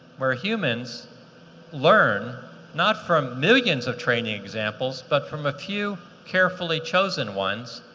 where humans learn not from millions of training examples but from a few carefully chosen ones